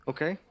Okay